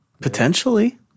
Potentially